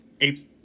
apes